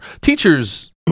teachers